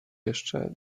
jeszcze